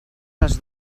les